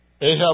Ahab